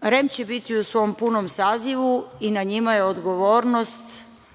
REM će biti u svom punom sazivu i na njima je odgovornost